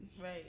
Right